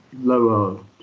lower